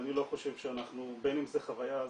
בין אם זה חוויה,